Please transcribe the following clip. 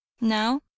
Now